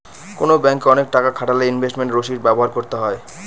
কোনো ব্যাঙ্কে অনেক টাকা খাটালে ইনভেস্টমেন্ট রসিদ ব্যবহার করতে হয়